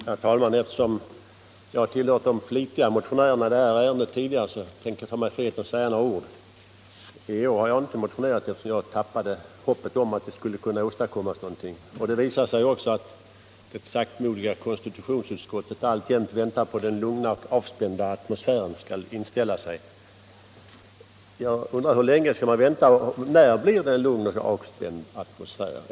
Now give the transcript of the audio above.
Herr talman! Eftersom jag har tillhört de flitiga motionärerna i det här ärendet tidigare tänker jag ta mig friheten att säga några ord. I år har jag inte motionerat, eftersom jag förlorade hoppet om att det skulle kunna åstadkommas någonting. Det visar sig också att det saktmodiga konstitutionsutskottet alltjämt väntar på att ”den lugna och avspända atmosfären” skall inställa sig. Jag undrar: Hur länge skall man vänta och när blir det en lugn och avspänd atmosfär?